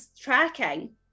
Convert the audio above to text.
tracking